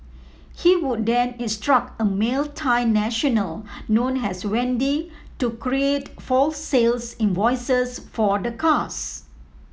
he would then instruct a male Thai national known as Wendy to create false sales invoices for the cars